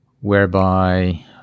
whereby